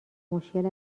مشکل